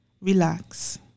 Relax